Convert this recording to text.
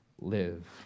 live